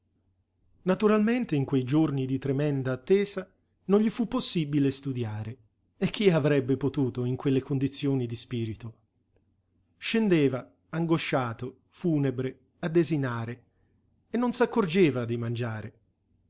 naturalmente in quei giorni di tremenda attesa non gli fu possibile studiare e chi avrebbe potuto in quelle condizioni di spirito scendeva angosciato funebre a desinare e non s'accorgeva di mangiare